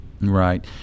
Right